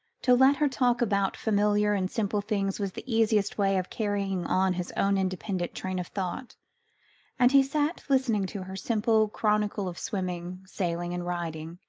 to let her talk about familiar and simple things was the easiest way of carrying on his own independent train of thought and he sat listening to her simple chronicle of swimming, sailing and riding,